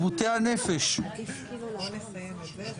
ניסינו ללכת איתו.